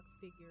figure